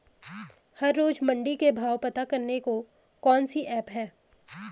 हर रोज़ मंडी के भाव पता करने को कौन सी ऐप है?